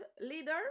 leader